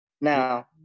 Now